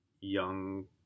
young